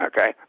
Okay